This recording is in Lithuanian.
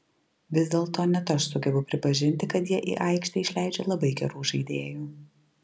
vis dėlto net aš sugebu pripažinti kad jie į aikštę išleidžia labai gerų žaidėjų